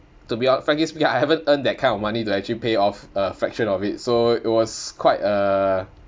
to be hon~ frankly speaking I haven't earn that kind of money to actually pay off a fraction of it so it was quite a